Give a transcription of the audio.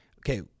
Okay